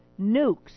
nukes